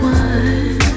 one